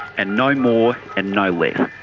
and no more and no less.